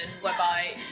whereby